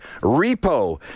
Repo